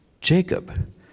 Jacob